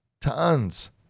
Tons